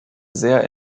sehr